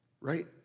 Right